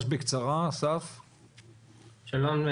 שלום.